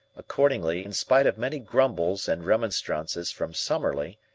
accordingly, in spite of many grumbles and remonstrances from summerlee,